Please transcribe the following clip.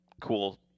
cool